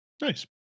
Nice